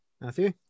Matthew